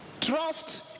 Trust